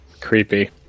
Creepy